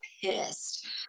pissed